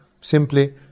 simply